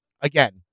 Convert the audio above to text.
again